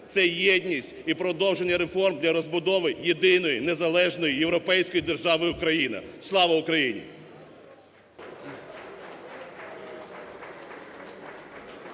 це єдність і продовження реформ для розбудови єдиної незалежної європейської держави Україна. Слава Україні!